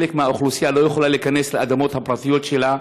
חלק מהאוכלוסייה לא יכולה להיכנס לאדמות הפרטיות שלה,